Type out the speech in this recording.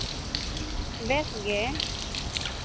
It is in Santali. ᱵᱮᱥ ᱜᱮ